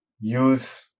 use